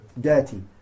dirty